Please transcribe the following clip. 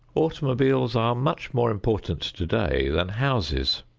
automobiles are much more important today than houses.